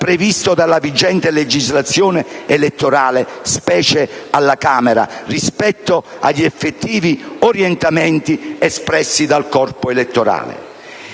previsto dalla vigente legislazione elettorale (specie alla Camera) rispetto agli effettivi orientamenti espressi dal corpo elettorale.